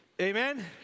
Amen